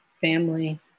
family